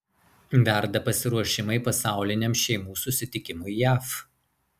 verda pasiruošimai pasauliniam šeimų susitikimui jav